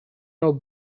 now